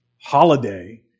holiday